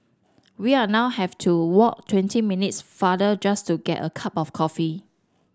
we are now have to walk twenty minutes farther just to get a cup of coffee